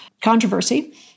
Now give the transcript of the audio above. controversy